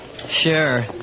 Sure